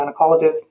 gynecologist